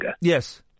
Yes